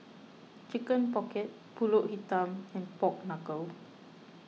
Chicken Pocket Pulut Hitam and Pork Knuckle